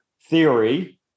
theory